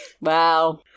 Wow